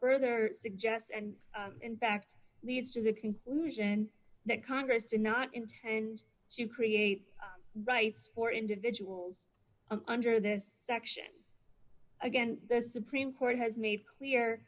further suggest and in fact leads to the conclusion that congress did not intend to create rights for individuals under this section again the supreme court has made clear